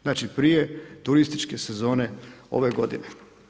Znači prije turističke sezone ove godine.